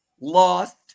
lost